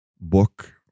book